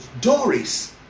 Doris